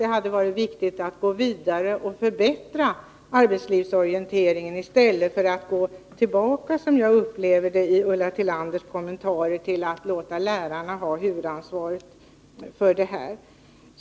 Det hade varit angelägnare att gå vidare och förbättra arbetslivsorienteringen i stället för att, som jag upplever att Ulla Tillander gör i sina kommentarer, gå tillbaka till att låta lärarna få huvudansvaret för verksamheten.